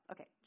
Okay